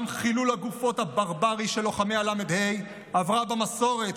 גם חילול הגופות הברברי של לוחמי הל"ה עבר במסורת,